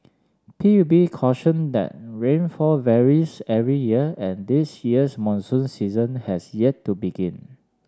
P U B cautioned that rainfall varies every year and this year's monsoon season has yet to begin